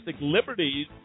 liberties